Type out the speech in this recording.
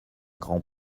grand